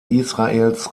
israels